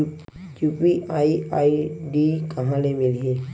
UPI ID कहां ले मिलही?